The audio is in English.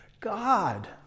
God